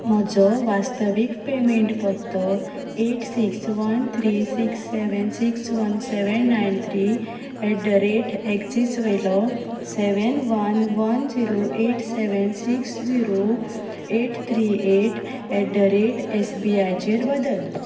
म्हजो वास्तवीक पेमेंट पत्तो eight six one three six seven six one seven nine three at the rate of Axis वयलो seven one one zero eight seven six zero eight three eight at the rate S B आयचेर बदल